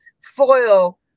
foil